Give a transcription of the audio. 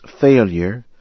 failure